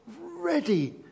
ready